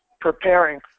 preparing